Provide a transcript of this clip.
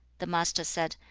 the master said,